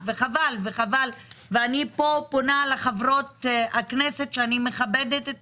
שחבל ואני כאן פונה לחברות הכנסת שאני בדרך כלל מכבדת את